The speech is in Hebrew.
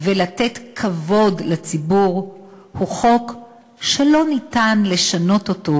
ולתת כבוד לציבור, הוא חוק שלא ניתן לשנות אותו